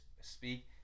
speak